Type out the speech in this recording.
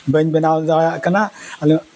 ᱵᱟᱹᱧ ᱵᱮᱱᱟᱣ ᱫᱟᱲᱮᱭᱟᱜ ᱠᱟᱱᱟ ᱟᱞᱮ